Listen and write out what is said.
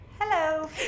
Hello